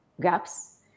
gaps